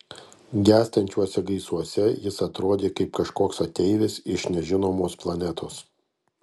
gęstančiuose gaisuose jis atrodė kaip kažkoks ateivis iš nežinomos planetos